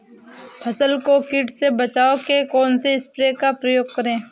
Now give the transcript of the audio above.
फसल को कीट से बचाव के कौनसे स्प्रे का प्रयोग करें?